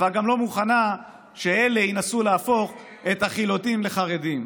אבל גם לא מוכנה שאלה ינסו להפוך את החילונים לחרדים.